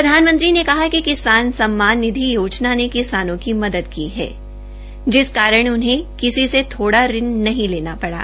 प्रधानमंत्री ने कहा कि किसान सम्मान निधि योजना ने किसानों की मदद की है जिस कारण उन्हें किसी से थोड़ा ऋण नहीं लेना थड़ा